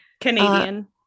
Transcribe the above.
canadian